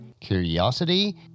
curiosity